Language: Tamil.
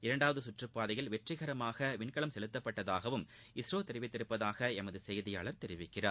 இரண்டாவது சுற்றுப்பாதையில் வெற்றிகரமாக விண்கலம் செலுத்தப்பட்டதாகவும் இஸ்ரோ தெரிவித்துள்ளதாக எமது செய்தியாளர் தெரிவிக்கிறார்